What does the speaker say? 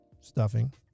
Stuffing